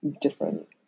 different